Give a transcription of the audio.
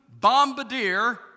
bombardier